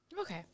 Okay